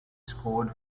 scored